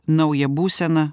naują būseną